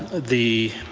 the